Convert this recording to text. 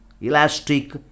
elastic